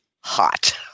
hot